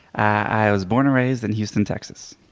i was born and raised in houston, texas.